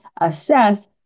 assess